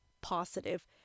positive